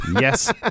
Yes